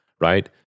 right